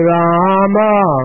Rama